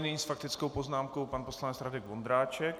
Nyní s faktickou poznámkou pan poslanec Radek Vondráček.